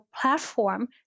platform